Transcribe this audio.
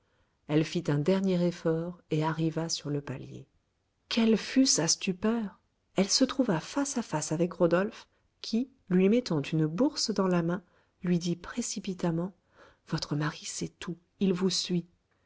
elle fit un dernier effort et arriva sur le palier quelle fut sa stupeur elle se trouva face à face avec rodolphe qui lui mettant une bourse dans la main lui dit précipitamment votre mari sait tout il vous suit